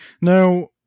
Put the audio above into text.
Now